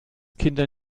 kinder